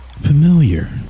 familiar